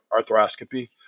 arthroscopy